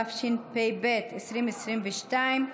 התשפ"ב 2022,